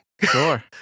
Sure